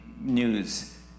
News